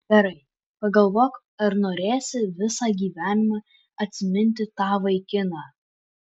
gerai pagalvok ar norėsi visą gyvenimą atsiminti tą vaikiną